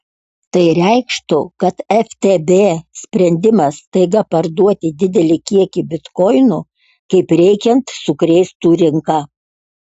tai reikštų kad ftb sprendimas staiga parduoti didelį kiekį bitkoinų kaip reikiant sukrėstų rinką